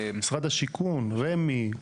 משרד השיכון, רמ"י?